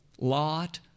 Lot